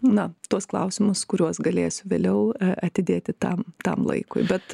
na tuos klausimus kuriuos galėsiu vėliau atidėti tam tam laikui bet